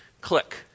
Click